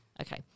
Okay